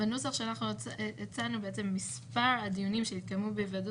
שהדיווחים לא יובאו בהפרדה